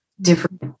different